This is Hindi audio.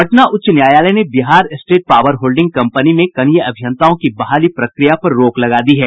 पटना उच्च न्यायालय ने Bihar state power holding company में कनीय अभियंताओं की बहाली प्रक्रिया पर रोक लगा दी है